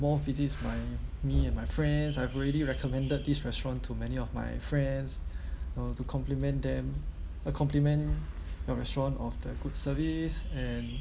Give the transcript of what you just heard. more visits by me and my friends I've already recommended this restaurant to many of my friends you know to compliment them uh compliment your restaurant of the good service and